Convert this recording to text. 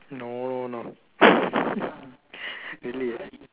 no no really ah